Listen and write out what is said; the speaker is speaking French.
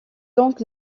donc